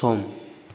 सम